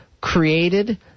created